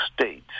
states